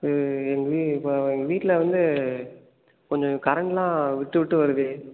எங்கள் வீ இப்போ எங்கள் வீட்டில் வந்து கொஞ்சம் கரெண்டெல்லாம் விட்டு விட்டு வருது